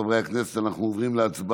אם כך, חברי הכנסת, אנחנו עוברים להצבעה